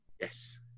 Yes